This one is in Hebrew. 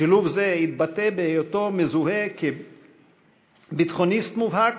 שילוב זה התבטא בהיותו מזוהה כביטחוניסט מובהק,